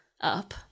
up